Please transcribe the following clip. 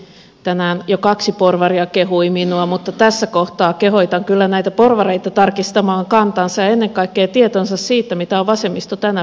tänään jo kaksi porvaria kehui minua mutta tässä kohtaa kehotan kyllä näitä porvareita tarkistamaan kantansa ja ennen kaikkea tietonsa siitä mitä on vasemmisto tänä päivänä